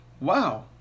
Wow